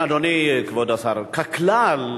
אדוני, כבוד השר, ככלל,